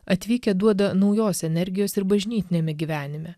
atvykę duoda naujos energijos ir bažnytiniame gyvenime